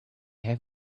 have